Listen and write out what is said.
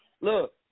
Look